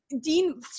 Dean